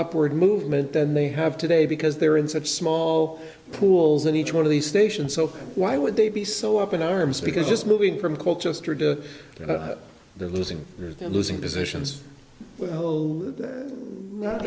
upward movement than they have today because they're in such small pools in each one of these stations so why would they be so up in arms because just moving from colchester to the losing and losing positions will not